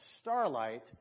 Starlight